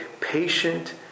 patient